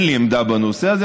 אין לי עמדה בנושא הזה.